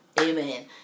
amen